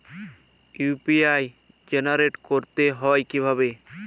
UPI generate করতে হয় কিভাবে?